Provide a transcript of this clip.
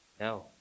No